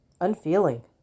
unfeeling